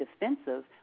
defensive